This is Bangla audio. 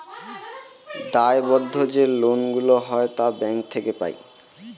দায়বদ্ধ যে লোন গুলা হয় তা ব্যাঙ্ক থেকে পাই